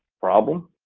problem,